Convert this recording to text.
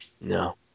No